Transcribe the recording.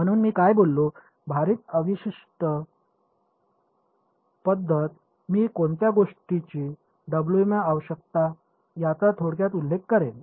म्हणून मी काय बोललो भारित अवशिष्ट पद्धत मी कोणत्या गोष्टींची आवश्यकता आहे याचा थोडक्यात उल्लेख करेन